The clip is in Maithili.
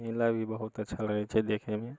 मेला भी बहुत अच्छा लगै छै देखैमे